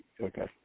Okay